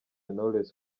knowless